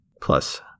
Plus